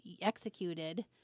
executed